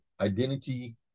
identity